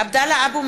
(קוראת בשמות חברי הכנסת) עבדאללה אבו מערוף,